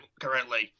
currently